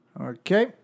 Okay